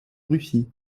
russie